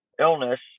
illness